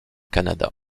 canada